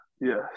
Yes